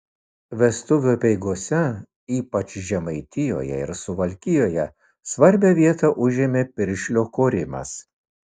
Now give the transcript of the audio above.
vestuvių apeigose ypač žemaitijoje ir suvalkijoje svarbią vietą užėmė piršlio korimas